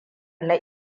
na